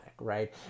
right